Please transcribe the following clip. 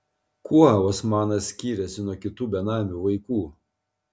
kuo osmanas skyrėsi nuo kitų benamių vaikų